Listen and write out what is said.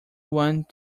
want